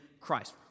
Christ